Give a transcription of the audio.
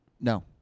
No